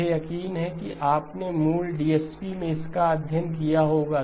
मुझे यकीन है कि आपने मूल DSP में इसका अध्ययन किया होगा